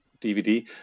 dvd